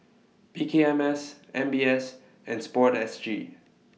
P K M S M B S and Sport S G